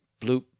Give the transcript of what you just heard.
bloop